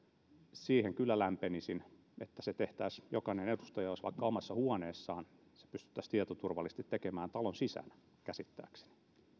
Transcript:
siihen kyllä lämpenisin että jokainen edustaja olisi vaikka omassa huoneessaan se pystyttäisiin käsittääkseni tietoturvallisesti tekemään talon sisällä niin